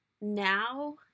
now